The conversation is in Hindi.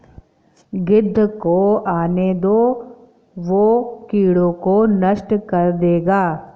गिद्ध को आने दो, वो कीड़ों को नष्ट कर देगा